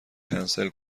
کنسل